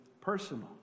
personal